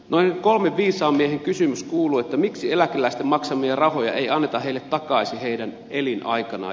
noiden kolmen viisaan miehen kysymys kuului miksi eläkeläisten maksamia rahoja ei anneta heille takaisin heidän elinaikanaan